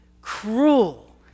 cruel